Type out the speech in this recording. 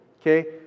okay